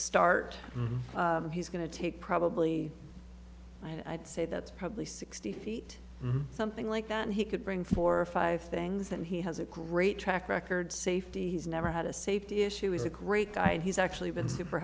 start he's going to take probably i'd say that's probably sixty feet something like that he could bring four or five things that he has a great track record safety he's never had a safety issue is a great guy and he's actually been super